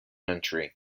entry